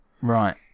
Right